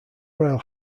royal